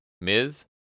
Miz